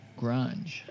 grunge